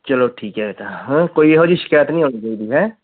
ਚਲੋ ਠੀਕ ਹੈ ਬੇਟਾ ਹੈ ਕੋਈ ਇਹੋ ਜਿਹੀ ਸ਼ਿਕਾਇਤ ਨਹੀਂ ਆਉਣੀ ਚਾਹੀਦੀ ਹੈ